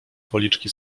policzki